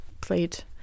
played